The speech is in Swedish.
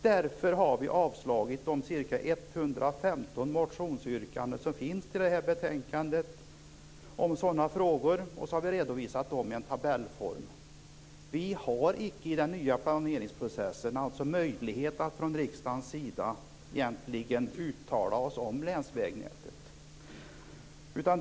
Därför har vi avstyrkt de 115 motionsyrkanden som behandlas i betänkandet om sådana frågor, och vi har redovisat dem i tabellform. Vi har alltså icke i den nya planeringsprocessen möjlighet att från riksdagens sida uttala oss om länsvägnätet.